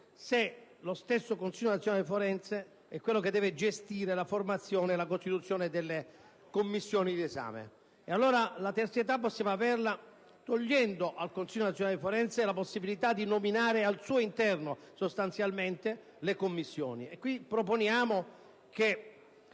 se lo stesso Consiglio nazionale forense è quello che deve gestire la formazione e la costituzione delle commissioni d'esame. Possiamo avere la terzietà togliendo al Consiglio nazionale forense la possibilità di nominare al suo interno sostanzialmente le commissioni. Proponiamo